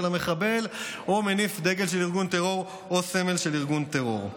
המחבל או מניף דגל של ארגון טרור או סמל של ארגון טרור.